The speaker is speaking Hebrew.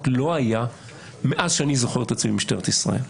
לא היה מאז שאני זוכר את עצמי במשטרת ישראל.